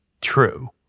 true